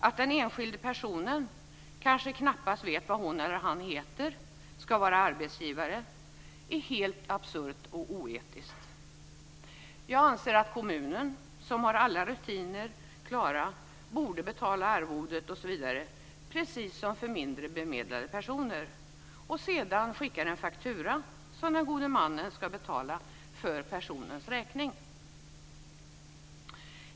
Att den enskilda personen, som kanske knappast vet vad hon eller han heter, ska vara arbetsgivare är helt absurt och oetiskt. Jag anser att kommunen, som har alla rutiner klara, borde betala arvodet osv., precis som för mindre bemedlade personer, och sedan skicka en faktura som gode mannen ska betala för den enskildes räkning.